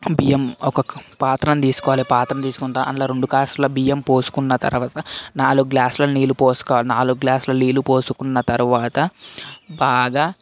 బియ్యం ఒక్కొక్క పాత్రను తీసుకోవాలి పాత్రను తీసుకొని దాంట్లో రెండు గ్లాసుల బియ్యం పోసుకున్న తర్వాత నాలుగు గ్లాసులు నీళ్లు పోసుకోలి నాలుగు గ్లాసులు నీళ్లు పోసుకున్న తర్వాత బాగా